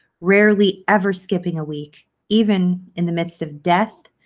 rarely ever skipping a week even in the midst of death,